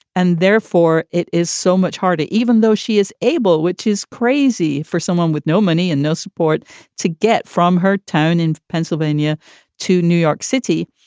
and therefore, it is so much harder even though she is able, which is crazy for someone with no money and no support to get from her town in pennsylvania to new york city.